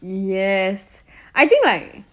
yes I think like